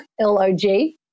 L-O-G